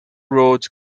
roads